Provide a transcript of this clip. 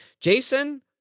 Jason